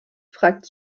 fragte